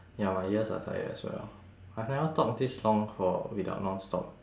ya my ears are tired as well I never talk this long for without non-stop